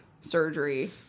surgery